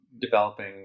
developing